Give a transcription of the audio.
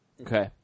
Okay